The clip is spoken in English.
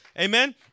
Amen